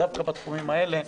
דווקא בתחומים האלה,